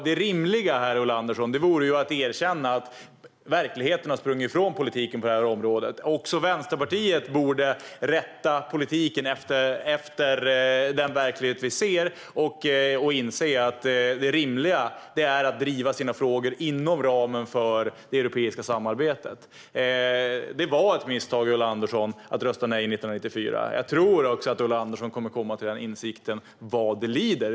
Det rimliga, Ulla Andersson, vore att erkänna att verkligheten har sprungit ifrån politiken på det här området. Också Vänsterpartiet borde rätta politiken efter den verklighet vi ser och inse att det rimliga är att driva sina frågor inom ramen för det europeiska samarbetet. Det var ett misstag, Ulla Andersson, att rösta nej 1994. Jag tror också att Ulla Andersson kommer att komma till den insikten vad det lider.